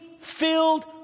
filled